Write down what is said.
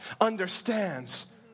understands